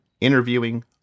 interviewing